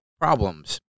problems